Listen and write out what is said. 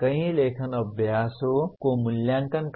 कई लेखन अभ्यासों को मूल्यांकन